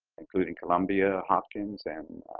including columbia, hopkins, and